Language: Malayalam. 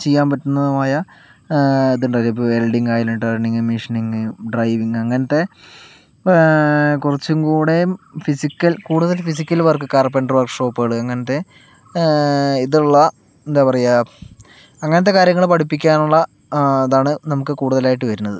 ചെയ്യാൻ പറ്റുന്നതുമായ ഇതുണ്ടാവില്ലേ ഇപ്പോൾ വെൽഡിങ് ആയാലും ടർണിങ്ങ് മെഷീനിംഗ് ഡ്രൈവിംഗ് അങ്ങനത്തെ കുറച്ചു കൂടെയും ഫിസിക്കൽ കൂടുതൽ ഫിസിക്കൽ വർക്ക് കാർപെൻ്റർ വർക്ക് ഷോപ്പുകൾ അങ്ങനത്തെ ഇതുള്ള എന്താ പറയുക അങ്ങനത്തെ കാര്യങ്ങൾ പഠിപ്പിയ്ക്കാനുള്ള അതാണ് നമുക്ക് കൂടുതലായിട്ടു വരുന്നത്